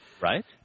right